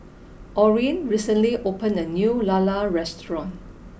Orren recently opened a new Lala Restaurant